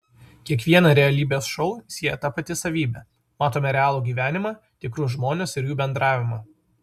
kiekvieną realybės šou sieja ta pati savybė matome realų gyvenimą tikrus žmones ir jų bendravimą